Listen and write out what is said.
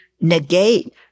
negate